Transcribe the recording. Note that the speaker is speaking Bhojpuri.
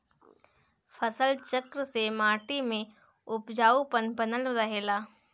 फसल चक्र से माटी में उपजाऊपन बनल रहेला